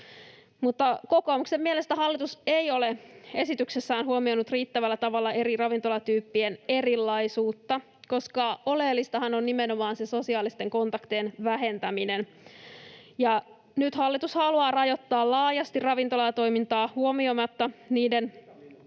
Kokoomuksen mielestä hallitus ei ole esityksessään huomioinut riittävällä tavalla eri ravintolatyyppien erilaisuutta, koska oleellistahan on nimenomaan se sosiaalisten kontaktien vähentäminen. Nyt hallitus haluaa rajoittaa laajasti ravintolatoimintaa huomiomatta eri